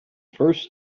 first